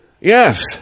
Yes